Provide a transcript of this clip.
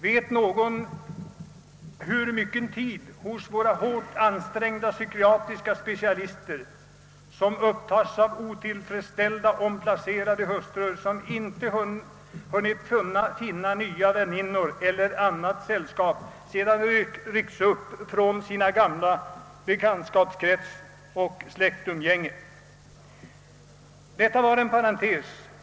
Vet någon hur mycken tid hos våra hårt ansträngda psykiatriska specialister som upptages av otillfredsställda omplacerade hustrur, som inte kunnat finna nya väninnor eller annat sällskap sedan de ryckts upp från sin gamla bekantskapskrets och sitt släktumgänge? Detta var en parentes.